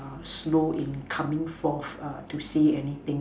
slow in coming forth uh to say anything